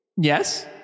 yes